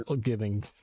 Giving